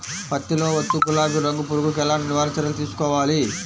పత్తిలో వచ్చు గులాబీ రంగు పురుగుకి ఎలాంటి నివారణ చర్యలు తీసుకోవాలి?